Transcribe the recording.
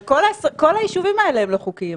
אבל כל היישובים האלה הם לא חוקיים,